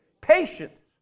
Patience